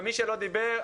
ומי שלא דיבר,